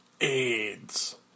AIDS